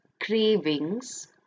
cravings